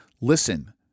listen